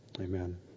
amen